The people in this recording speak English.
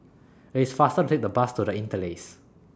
IT IS faster to Take The Bus to The Interlace